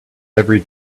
every